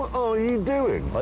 are you doing?